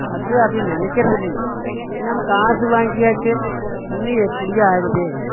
அது அவங்க நினைக்கிறதில்லைங்க ச நம காசு வாங்கியாச்சு இனி எப்படியோ ஆகுது